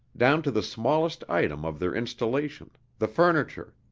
down to the smallest item of their installation, the furniture,